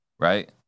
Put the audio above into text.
Right